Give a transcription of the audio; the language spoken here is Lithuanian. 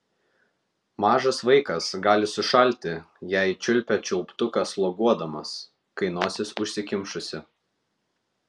mažas vaikas gali sušalti jei čiulpia čiulptuką sloguodamas kai nosis užsikimšusi